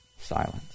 silence